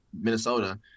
Minnesota